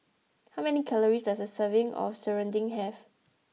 how many calories does a serving of Serunding have